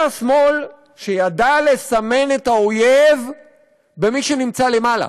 היה שמאל שידע לסמן את האויב במי שנמצא למעלה,